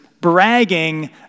bragging